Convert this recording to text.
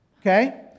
Okay